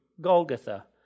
Golgotha